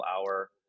hour